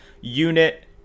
unit